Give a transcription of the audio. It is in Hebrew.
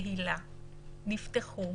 בקהילה נפתחו